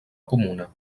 comuna